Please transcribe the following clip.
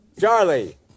Charlie